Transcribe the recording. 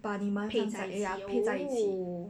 把你们放在 ya 配在一起